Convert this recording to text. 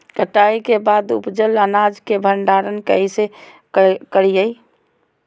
कटाई के बाद उपजल अनाज के भंडारण कइसे करियई?